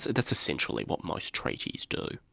that's essentially what most treaties do.